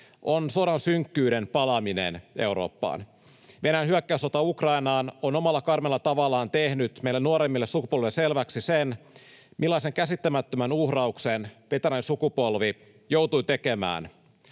on sodan synkkyyden palaaminen Eurooppaan. Venäjän hyökkäyssota Ukrainaan on omalla karmealla tavallaan tehnyt meille nuoremmille sukupolville selväksi sen, millaisen käsittämättömän uhrauksen veteraanisukupolvi joutui tekemään.